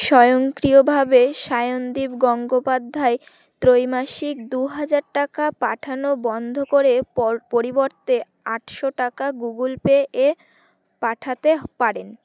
স্বয়ংক্রিয়ভাবে সায়নদীপ গঙ্গোপাধ্যায় ত্রৈমাসিক দু হাজার টাকা পাঠানো বন্ধ করে পরিবর্তে আটশো টাকা গুগল পে এ পাঠাতে পারেন